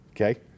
okay